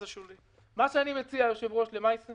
אני מציע, אדוני היושב-ראש, באופן מעשי,